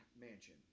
mansion